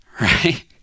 right